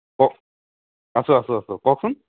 কওক আছো আছো আছো কওকচোন